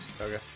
Okay